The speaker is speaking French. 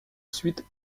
suite